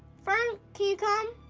fern, can you come?